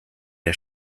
der